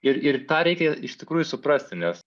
ir ir tą reikia iš tikrųjų suprasti nes